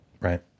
Right